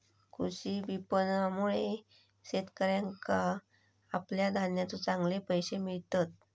कृषी विपणनामुळे शेतकऱ्याका आपल्या धान्याचे चांगले पैशे मिळतत